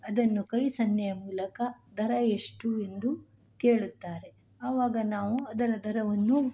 ಅದನ್ನು ಕೈ ಸನ್ನೆಯ ಮೂಲಕ ದರ ಎಷ್ಟು ಎಂದು ಕೇಳುತ್ತಾರೆ ಅವಾಗ ನಾವು ಅದರ ದರವನ್ನು